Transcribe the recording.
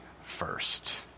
first